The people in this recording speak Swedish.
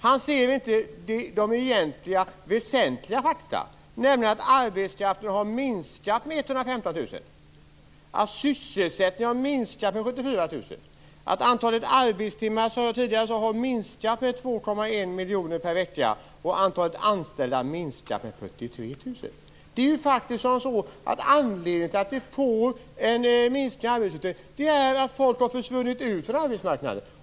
Han ser inte de egentliga och väsentliga fakta, nämligen att arbetskraften har minskat med 115 000 personer, att sysselsättningen har minskat med 74 000, att antalet arbetstimmar per vecka har minskat med 2,1 miljoner och att antalet anställda minskat med 43 000. Anledningen till att vi får en minskning av arbetslösheten är att folk har försvunnit från arbetsmarknaden.